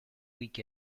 week